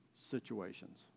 situations